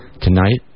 tonight